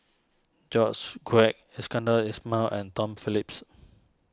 George Quek Iskandar Ismail and Tom Phillips